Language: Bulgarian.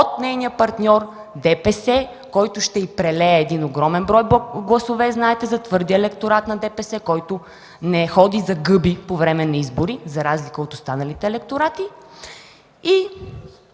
от нейния партньор ДПС, който ще й прелее огромен брой гласове. Знаете за твърдия електорат на ДПС, който не ходи за гъби по време на избори, за разлика от останалите електорати.